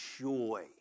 joy